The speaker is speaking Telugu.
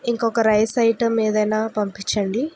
ఇంకొక రైస్ ఐటమ్ ఏదైన్నా పంపిచ్చండి